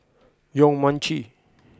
Yong Mun Chee